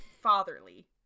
fatherly